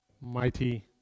mighty